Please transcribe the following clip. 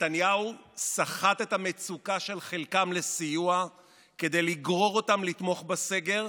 נתניהו סחט את המצוקה של חלקם לסיוע כדי לגרור אותם לתמוך בסגר,